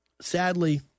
sadly –